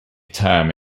term